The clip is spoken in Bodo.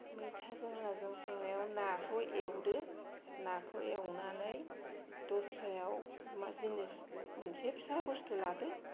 मैथाजों नाजों संनायाव नाखौ एवदो नाखौ एवनानै दस्रायाव मा जिनिस मोनसे फिसा बस्तु लादो